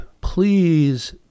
please